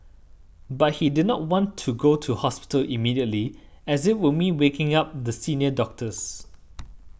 but he did not want to go to hospital immediately as it would mean waking up the senior doctors